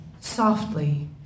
softly